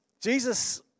Jesus